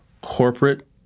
corporate